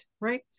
right